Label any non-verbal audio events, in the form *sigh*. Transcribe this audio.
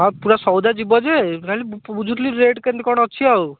ହଁ ପୁରା ସଉଦା ଯିବ ଯେ ଖାଲି *unintelligible* ବୁଝୁଥିଲି ରେଟ୍ କେମିତି କ'ଣ ଅଛି ଆଉ